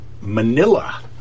Manila